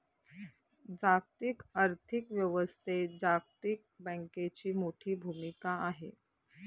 जागतिक आर्थिक व्यवस्थेत जागतिक बँकेची मोठी भूमिका आहे